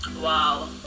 wow